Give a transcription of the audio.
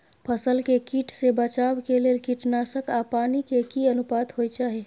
फसल के कीट से बचाव के लेल कीटनासक आ पानी के की अनुपात होय चाही?